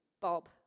Bob